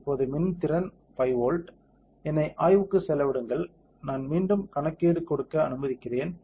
இப்போது மின் திறன் 5 வோல்ட் என்னை ஆய்வுக்கு செல்ல விடுங்கள் நான் மீண்டும் கணக்கீடு கொடுக்க அனுமதிக்கிறேன்